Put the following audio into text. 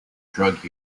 drug